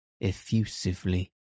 effusively